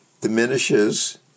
diminishes